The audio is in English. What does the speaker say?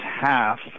half